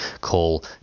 call